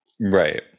right